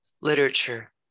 literature